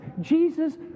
Jesus